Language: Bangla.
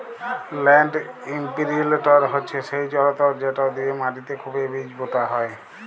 ল্যাল্ড ইমপিরিলটর হছে সেই জলতর্ যেট দিঁয়ে মাটিতে খুবই বীজ পুঁতা হয়